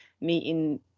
meeting